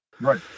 Right